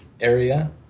area